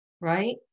Right